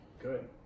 Good